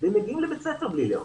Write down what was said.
והם מגיעים לבית ספר בלי לאכול.